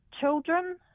children